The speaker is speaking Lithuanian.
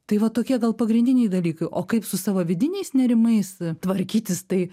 tai va tokie gal pagrindiniai dalykai o kaip su savo vidiniais nerimais tvarkytis tai